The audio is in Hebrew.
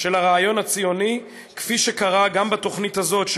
של הרעיון הציוני: כפי שקרה בתוכנית הזאת,